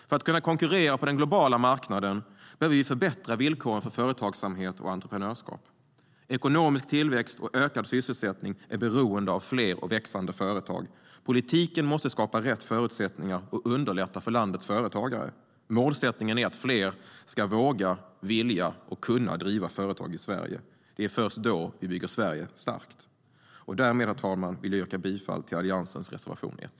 För att kunna konkurrera på den globala marknaden behöver vi förbättra villkoren för företagsamhet och entreprenörskap. Ekonomisk tillväxt och ökad sysselsättning är beroende av fler och växande företag, och politiken måste skapa rätt förutsättningar och underlätta för landets företagare. Målsättningen är att fler ska våga, vilja och kunna driva företag i Sverige. Det är först då vi bygger Sverige starkt. Därmed, herr talman, yrkar jag bifall till reservation 1.